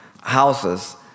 houses